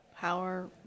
power